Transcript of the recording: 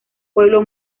pueblo